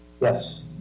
yes